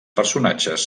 personatges